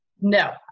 No